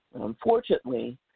Unfortunately